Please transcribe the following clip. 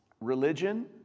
Religion